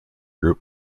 group